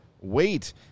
wait